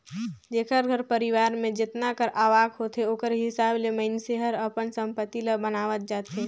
जेकर घर परिवार में जेतना कर आवक होथे ओकर हिसाब ले मइनसे हर अपन संपत्ति ल बनावत जाथे